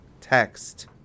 text